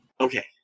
Okay